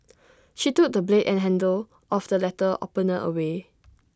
she threw the blade and handle of the letter opener away